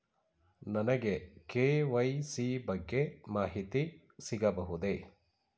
ನನಗೆ ಕೆ.ವೈ.ಸಿ ಬಗ್ಗೆ ಮಾಹಿತಿ ಸಿಗಬಹುದೇ?